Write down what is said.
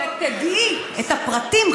כשתדעי את הפרטים,